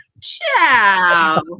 Ciao